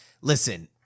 Listen